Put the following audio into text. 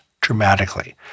dramatically